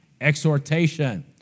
exhortation